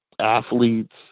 athletes